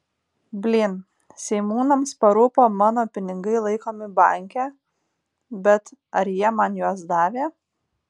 blyn seimūnams parūpo mano pinigai laikomi banke bet ar jie man juos davė